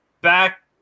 back